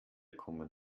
kommen